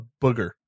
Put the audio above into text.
booger